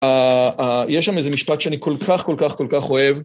אהה יש שם איזה משפט שאני כל כך כל כך כל כך אוהב.